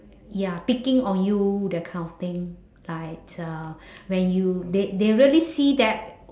ya picking on you that kind of thing like uh when you they they really see that